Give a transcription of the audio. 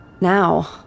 Now